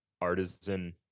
artisan